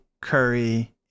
Curry